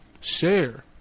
share